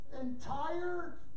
entire